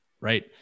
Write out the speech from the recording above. right